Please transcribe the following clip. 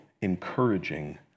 encouraging